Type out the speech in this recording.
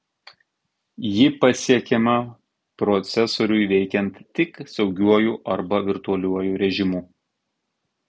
ji pasiekiama procesoriui veikiant tik saugiuoju arba virtualiuoju režimu